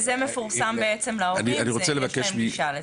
וזה מפורסם בעצם להורים ויש להם גישה לזה.